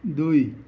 দুই